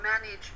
manage